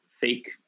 fake